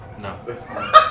No